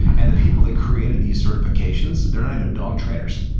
and the people that created these certifications, they're not even dog trainers,